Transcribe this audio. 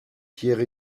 pierre